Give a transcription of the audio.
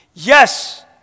Yes